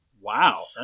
Wow